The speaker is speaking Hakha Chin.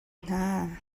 hna